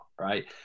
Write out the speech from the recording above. right